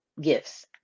gifts